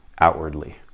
outwardly